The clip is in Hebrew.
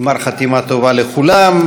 גמר חתימה טובה לכולם.